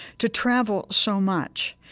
to travel so much,